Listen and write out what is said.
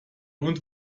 und